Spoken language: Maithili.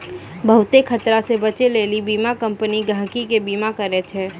बहुते खतरा से बचै लेली बीमा कम्पनी गहकि के बीमा करै छै